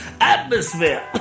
atmosphere